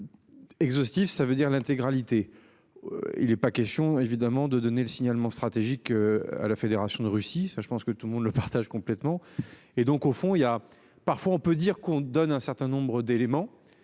Exhaustif. Ça veut dire l'intégralité. Il est pas question évidemment de donner le signalement stratégique. À la Fédération de Russie enfin je pense que tout le monde le partage complètement et donc au fond il y a parfois, on peut dire qu'on donne un certain nombre d'éléments,